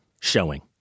showing